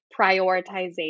prioritization